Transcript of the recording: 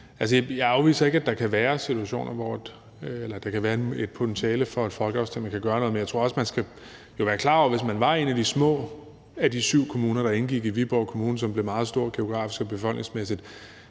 Jeg afviser ikke, at der kan være et potentiale for, at folkeafstemninger kan gøre noget, men jeg tror også, man skal være klar over, at hvis man er en af de små af de syv kommuner, der kom til at indgå i Viborg Kommune, som blev meget stor geografisk og befolkningsmæssigt,